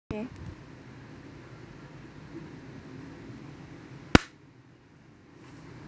okay